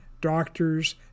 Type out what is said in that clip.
doctors